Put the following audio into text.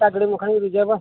ᱮᱴᱟᱜ ᱜᱟᱹᱲᱤ ᱵᱟᱠᱷᱟᱱ ᱵᱚ ᱨᱤᱡᱟᱨᱵᱷᱟ